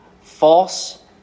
false